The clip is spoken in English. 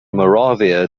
moravia